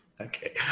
Okay